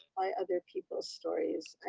by other people's stories.